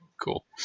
cool